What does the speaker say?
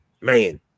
man